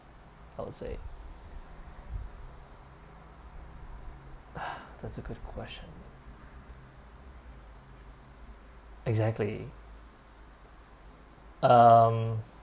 I would say that's a good question exactly um